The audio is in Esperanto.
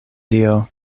dio